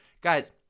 guys